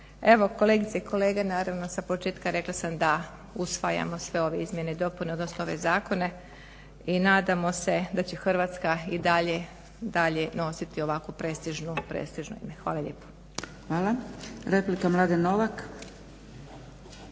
Evo kolegice i kolege naravno sa početka rekla sam da usvajamo sve ove izmjene i dopune odnosno ove zakone i nadamo se da će Hrvatska i dalje, dalje nositi ovako preStižno ime. Hvala lijepa. **Zgrebec, Dragica